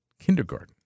kindergarten